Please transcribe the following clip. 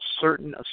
certain